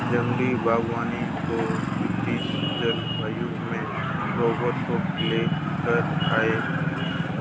जंगल बागवानी को ब्रिटिश जलवायु में रोबर्ट हार्ट ले कर आये